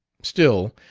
still,